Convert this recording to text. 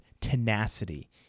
tenacity